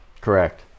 Correct